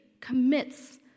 commits